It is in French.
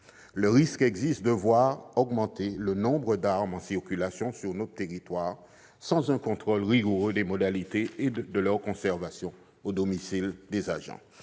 Le risque existe de voir augmenter le nombre d'armes en circulation sur notre territoire, sans un contrôle rigoureux des modalités de leur conservation au domicile des agents.